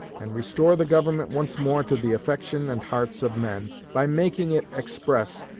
and restore the government once more to the affection and hearts of men, by making it express,